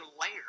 layer